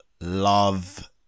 love